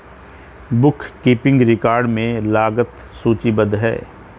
book keeping record में लागत सूचीबद्ध है